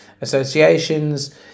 associations